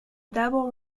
double